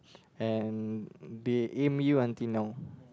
and they aim you until now